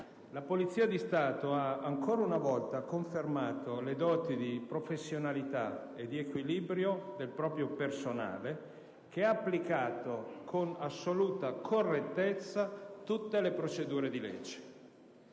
la Polizia di Stato ha ancora una volta confermato le doti di professionalità e di equilibrio del proprio personale, che ha applicato con assoluta correttezza tutte le procedure di legge.